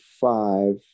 five